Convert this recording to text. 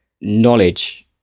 knowledge